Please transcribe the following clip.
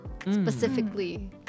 specifically